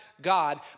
God